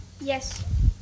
Yes